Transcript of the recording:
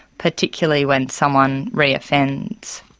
particularly when someone re-offends.